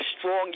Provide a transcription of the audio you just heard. strong